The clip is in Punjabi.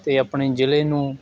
ਅਤੇ ਆਪਣੇ ਜ਼ਿਲ੍ਹੇ ਨੂੰ